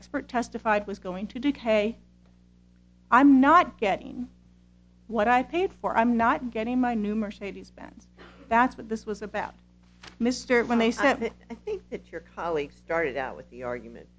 expert testified was going to decay i'm not getting what i paid for i'm not getting my new mercedes benz that's what this was about mr when they said i think that your colleague started out with the argument